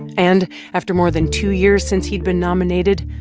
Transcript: and after more than two years since he'd been nominated,